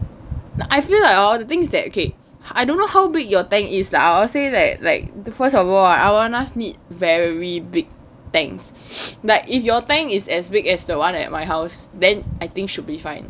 I feel lah all the things that okay I don't know how big your tank is I'll say that like the first of all arowanas need very big tanks like if your tank is as big as the one at my house then I think should be fine